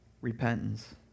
repentance